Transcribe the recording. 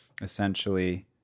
essentially